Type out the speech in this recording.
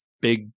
big